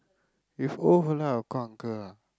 if old fella I will call uncle lah